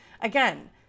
again